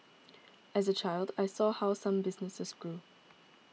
as a child I saw how some businesses grew